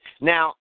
Now